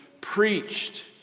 preached